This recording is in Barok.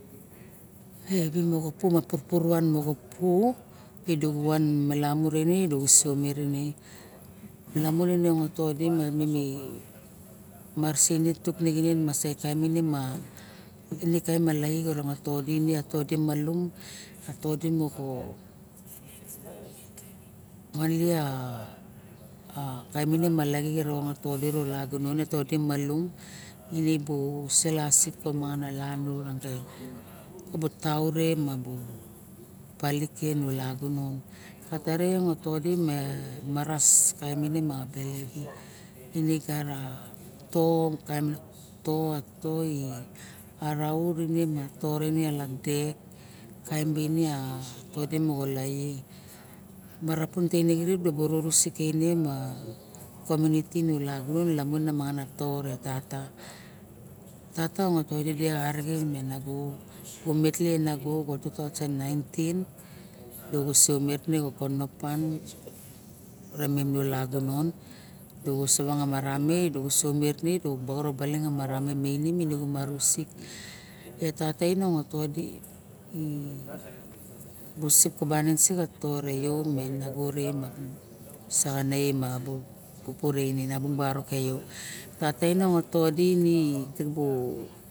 Havi moxa pu ma purpur van maxa pu idu van malamu dubu semet ine lamun ine todi ma imen marasin ine puk ningineh kain todi ine atodi malum a todi moxo kainabu tau ren palik ken moxo lagunon tata rei ine gata to orait ine gat alakdek kain waine marapun teine xirip dibu manga community moxa ulagun lamun mangana ta re tata tata tong noit dire tata digosomet ra kono pan remene da gesemat ne sep kabane se re sto io me nago re io mei saxan e ma bu baroke